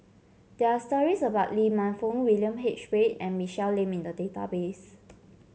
there are stories about Lee Man Fong William H Read and Michelle Lim in the database